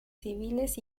civiles